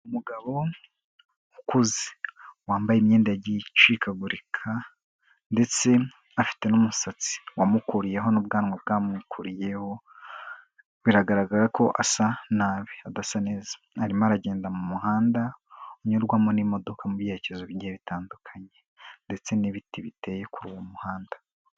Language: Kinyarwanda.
Umugabo ukuze wambaye imyenda yagiye icakagurika ndetse afite n'umusatsi wamukuriyeho n'ubwanwa bwamukurikiyeho, biragaragara ko asa nabi adasa neza arimo aragenda mu muhanda unyurwamo n'imodoka mu byerekezo bigiye bitandukanye ndetse n'ibiti biteye ku uri uwo muhanda.